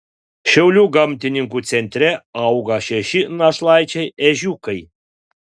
šiaulių gamtininkų centre auga šeši našlaičiai ežiukai